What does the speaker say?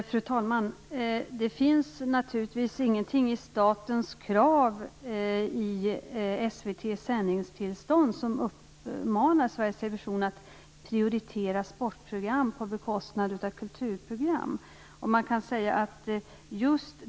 Fru talman! Det finns naturligtvis ingenting i statens krav i SVT:s sändningstillstånd som uppmanar Sveriges Television att prioritera sportprogram på bekostnad av kulturprogram.